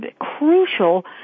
crucial